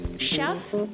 chef